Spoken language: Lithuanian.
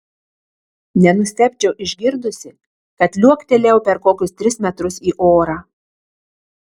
nenustebčiau išgirdusi kad liuoktelėjau per kokius tris metrus į orą